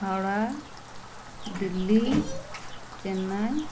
Howrah Delhi Chennai